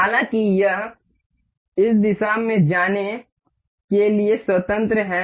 हालाँकि यह इस दिशा में जाने के लिए स्वतंत्र है